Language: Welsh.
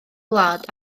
wlad